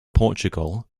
portugal